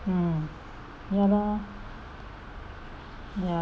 hmm ya lor ya